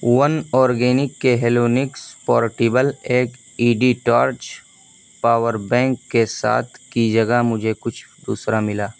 one organic کے Halonix portable L E D torch power bank کے ساتھ کی جگہ مجھے کچھ دوسرا ملا